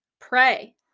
Pray